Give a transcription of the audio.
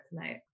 tonight